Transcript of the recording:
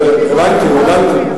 הבנתי.